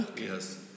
Yes